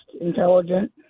intelligent